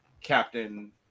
Captain